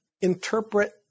interpret